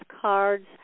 cards